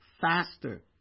faster